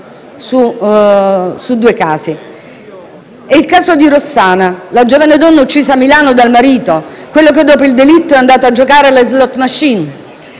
È il caso dì Rossana, la giovane donna uccisa a Milano dal marito, quello che dopo il delitto è andato a giocare alle *slot machine*;